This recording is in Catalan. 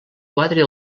quatre